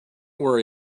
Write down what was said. worry